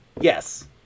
Yes